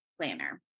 planner